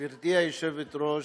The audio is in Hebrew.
גברתי היושבת-ראש,